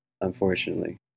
Unfortunately